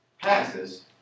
passes